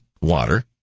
water